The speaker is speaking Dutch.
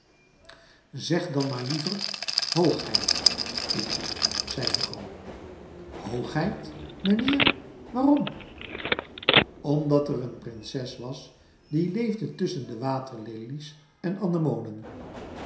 zeg dan maar liever hoogheid pietje zei hugo hoogheid meneer waarom omdat er een prinses was die leefde tusschen de waterlelies en anemonen